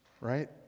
right